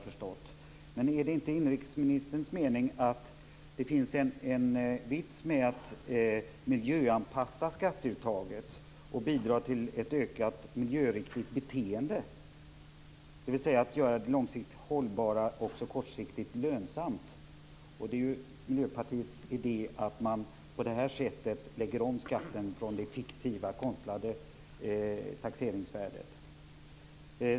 Är det inte inrikesministerns mening att det finns en vits med att miljöanpassa skatteuttaget och bidra till ett ökat miljöriktigt beteende, dvs. göra det långsiktigt hållbara också kortsiktigt lönsamt? Miljöpartiets idé är att lägga om skatten från det fiktiva taxeringsvärdet.